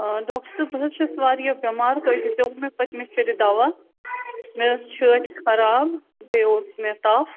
آ ڈاکٹر صٲب بہٕ حظ چھَس واریاہ بٮ۪مار تۄہہِ دِژٮ۪و مےٚ پٔتۍمہِ پھِرِ دوا مےٚ ٲس چھٲتۍ خراب بیٚیہِ اوس مےٚ تف